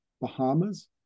Bahamas